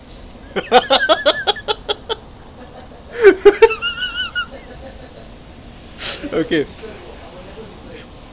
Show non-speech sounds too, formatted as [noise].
[laughs] okay